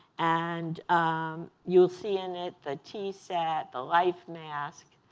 and you'll see in it the t-sat, the life mask,